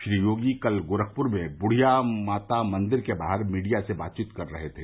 श्री योगी कल गोरखपुर में बुढ़िया माता मंदिर के बाहर मीड़िया से बातचीत कर रहे थे